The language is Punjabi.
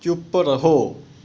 ਚੁੱਪ ਰਹੋ